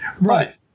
Right